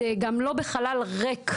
זה גם לא בחלל ריק.